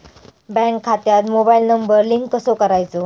Bank खात्यात mobile number link कसो करायचो?